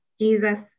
jesus